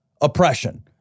oppression